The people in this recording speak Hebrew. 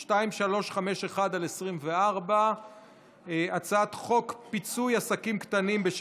של חבר הכנסת לוין עברה בקריאה הטרומית,